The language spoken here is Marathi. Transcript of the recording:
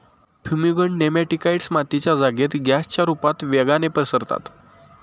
फ्युमिगंट नेमॅटिकाइड्स मातीच्या जागेत गॅसच्या रुपता वेगाने पसरतात